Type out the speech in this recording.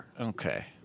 okay